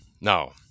now